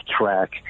track